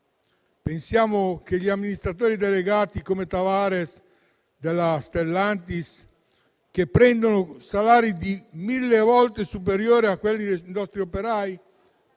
Pensiamo ad amministratori delegati come Tavares di Stellantis, che prendono salari 1.000 volte superiori a quelli dei nostri operai: